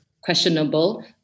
Questionable